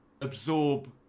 absorb